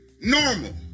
normal